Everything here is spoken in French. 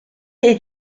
est